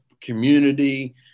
community